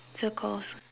circles